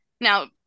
Now